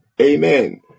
amen